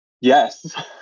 Yes